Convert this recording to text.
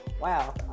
wow